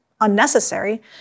unnecessary